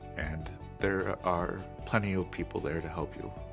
and there are plenty of people there to help you.